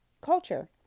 culture